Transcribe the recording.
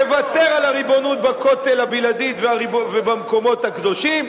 תוותר על הריבונות הבלעדית בכותל ובמקומות הקדושים,